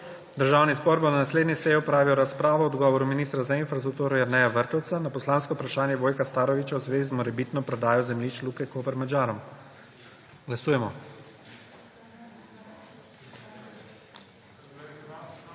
Državni zbor bo na naslednji seji opravil razpravo o odgovoru ministra za infrastrukturo Jerneja Vrtovca na poslansko vprašanje Vojka Starovića v zvezi z morebitno prodajo zemljišč Luke Koper Madžarom. Glasujemo.